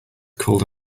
called